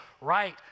right